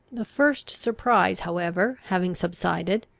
the first surprise however having subsided,